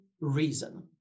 reason